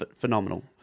Phenomenal